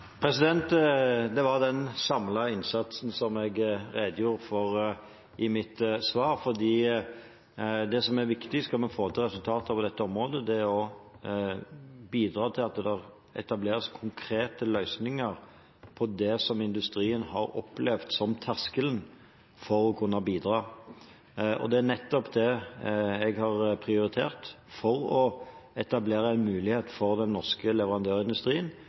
Det var den samlede innsatsen jeg redegjorde for i mitt svar. Det som er viktig om vi skal få til resultater på dette området, er å bidra til at det etableres konkrete løsninger der industrien har opplevd en terskel for å kunne bidra. Det er nettopp det jeg har prioritert for å etablere en mulighet for den norske leverandørindustrien